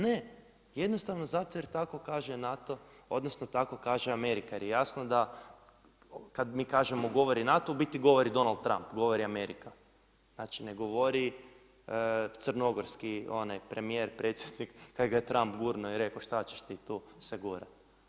Ne, jednostavno zato jer tako kaže NATO, odnosno tako kaže Amerika jer je jasno da, kada mi kažemo govori NATO, u biti govori Donald Trump, govori Amerika, znači ne govori crnogorski onaj premijer, predsjednik kada ga je Trump gurnuo i rekao šta ćeš ti tu se gurati.